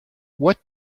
what